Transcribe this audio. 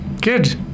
Good